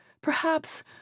Perhaps—